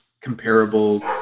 comparable